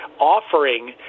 offering